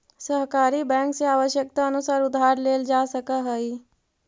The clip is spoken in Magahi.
सहकारी बैंक से आवश्यकतानुसार उधार लेल जा सकऽ हइ